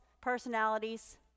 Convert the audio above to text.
personalities